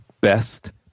best